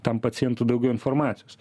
tam pacientui daugiau informacijos